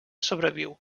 sobreviu